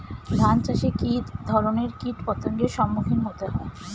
ধান চাষে কী ধরনের কীট পতঙ্গের সম্মুখীন হতে হয়?